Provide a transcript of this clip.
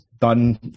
done